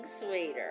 sweeter